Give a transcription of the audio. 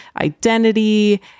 identity